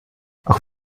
auch